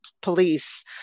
police